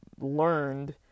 learned